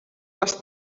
les